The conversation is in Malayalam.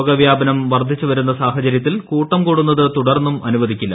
രോഗ വ്യാപനും വർദ്ധിച്ചുവരുന്ന സാഹചര്യ ത്തിൽ കൂട്ടം കൂടുന്നത് തുടർന്നും അനുവദിക്കില്ല